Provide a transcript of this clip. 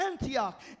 Antioch